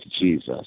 Jesus